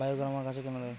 বায়োগ্রামা গাছে কেন দেয়?